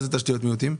מה זה תשתיות מיעוטים?